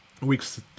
Weeks